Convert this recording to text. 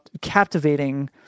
captivating